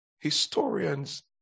Historians